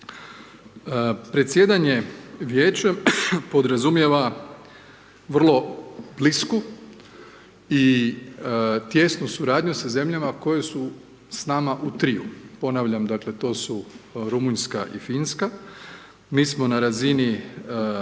Predsjedanje vijećem podrazumijeva vrlo blisku i tijesnu suradnju sa zemljama koje su s nama u triju. Ponavljam, dakle to su Rumunjska i Finska. Mi smo na razini